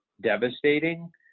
devastating